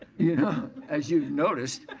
yeah as you've noticed.